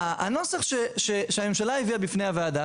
הנוסח שהממשלה הביאה בפני הוועדה,